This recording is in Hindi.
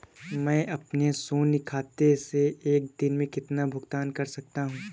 मैं अपने शून्य खाते से एक दिन में कितना भुगतान कर सकता हूँ?